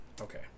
Okay